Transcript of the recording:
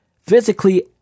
physically